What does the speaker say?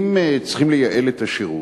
אם צריכים לייעל את השירות,